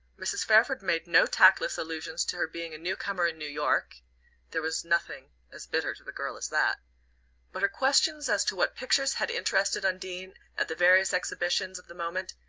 mrs. fairford made no tactless allusions to her being a newcomer in new york there was nothing as bitter to the girl as that but her questions as to what pictures had interested undine at the various exhibitions of the moment,